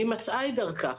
והיא מצאה את דרכה,